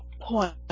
point